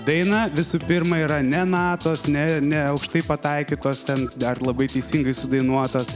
daina visų pirma yra ne natos ne ne neaukštai pataikytos ten dar labai teisingai sudainuotos